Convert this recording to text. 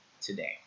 today